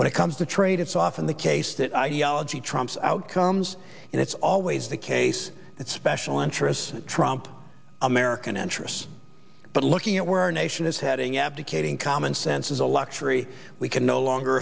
when it comes to trade it's often the case that ideology trumps outcomes and it's always the case that special interests trump american interests but looking at where our nation is heading abdicating common sense is a luxury we can no longer